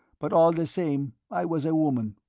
but all the same i was a woman.